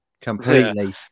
completely